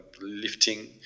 lifting